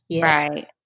Right